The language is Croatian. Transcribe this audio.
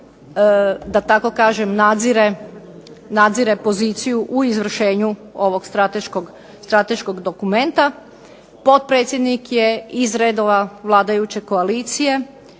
da tako kažem nadzire poziciju u izvršenju ovog strateškog dokumenta. Potpredsjednik je iz redova vladajuće koalicije.